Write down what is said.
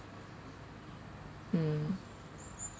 mm